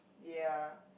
ya